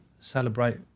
celebrate